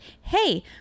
Hey